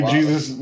Jesus